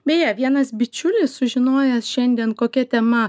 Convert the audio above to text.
beje vienas bičiulis sužinojęs šiandien kokia tema